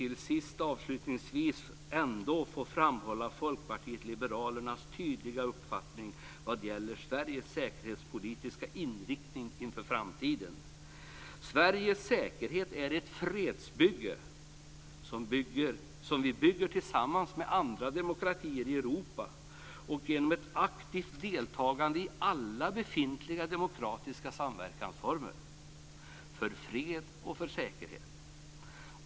Låt mig avslutningsvis framhålla Folkpartiet liberalernas tydliga uppfattning vad gäller Sveriges säkerhet är ett fredsbygge som vi bygger tillsammans med andra demokratier i Europa och genom ett aktivt deltagande i alla befintliga demokratiska samverkansformer för fred och säkerhet.